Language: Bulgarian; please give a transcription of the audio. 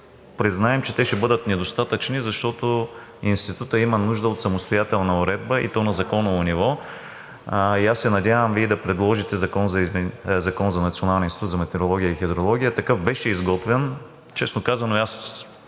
признаем, че те ще бъдат недостатъчни, защото Институтът има нужда от самостоятелна уредба, и то на законово ниво. Аз се надявам Вие да предложите Закон за Националния институт за метеорология и хидрология. Такъв беше изготвен и честно казано, аз